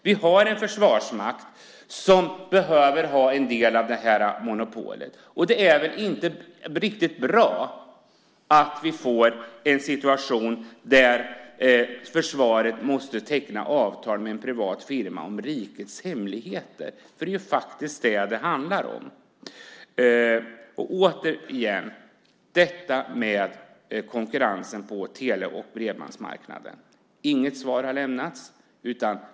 Vi har en försvarsmakt som behöver ha en del av monopolet. Det är väl inte riktigt bra att vi får en situation där försvaret måste teckna avtal med en privat firma om rikets hemligheter, för det är faktiskt vad det handlar om. När det återigen gäller detta med konkurrensen på tele och bredbandsmarknaden har inget svar lämnats.